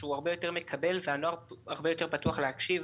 שהוא הרבה יותר מקבל והנוער הרבה יותר פתוח להקשיב.